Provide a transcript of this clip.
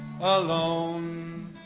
alone